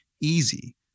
easy